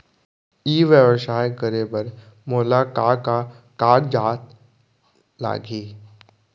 ई व्यवसाय करे बर मोला का का कागजात लागही?